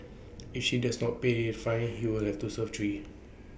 if she does not pay fine he will have to serve three